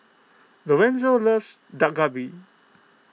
Lorenzo loves Dak Galbi